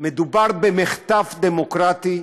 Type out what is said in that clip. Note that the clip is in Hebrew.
מדובר במחטף דמוקרטי,